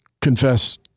confess